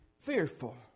fearful